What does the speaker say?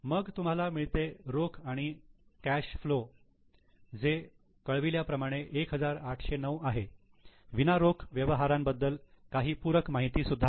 मग तुम्हाला मिळते रोख आणि कॅश फ्लो जे कळविल्या प्रमाणे 1809 आहे विना रोख व्यवहारांबद्दल काही पूरक माहिती सुद्धा आहे